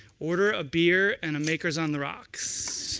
order a beer and a maker's on the rocks.